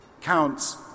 counts